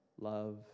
love